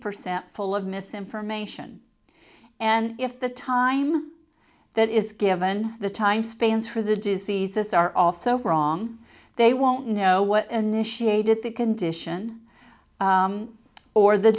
percent full of misinformation and if the time that is given the time spans for the diseases are also wrong they won't know what initiated the condition or the